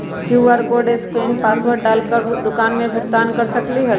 QR code scan password डाल कर दुकान में भुगतान कर सकलीहल?